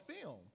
film